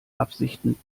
absichten